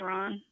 Ron